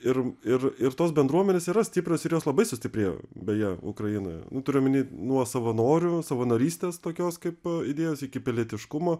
ir ir ir tos bendruomenės yra stiprios ir jos labai sustiprėjo beje ukrainoje turiu omeny nuo savanorių savanorystės tokios kaip idėjos iki pilietiškumo